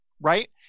Right